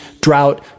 drought